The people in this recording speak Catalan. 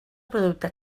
producte